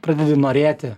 pradedi norėti